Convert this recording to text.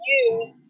use